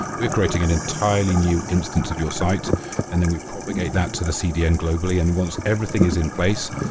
we're creating an entirely new instance of your site and then we propagate that to the cdn globally, and once everything is in place,